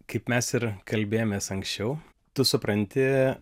kaip mes ir kalbėjomės anksčiau tu supranti